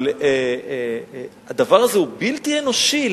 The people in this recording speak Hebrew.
אבל הדבר הזה הוא בלתי אנושי.